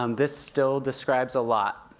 um this still describes a lot.